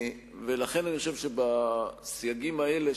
לכן אני חושב שבסייגים האלה,